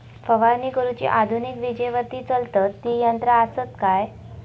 फवारणी करुची आधुनिक विजेवरती चलतत ती यंत्रा आसत काय?